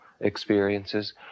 experiences